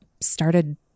started